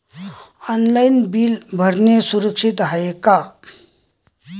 Online bill भरनं सुरक्षित हाय का?